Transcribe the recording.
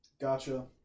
Gotcha